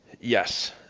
Yes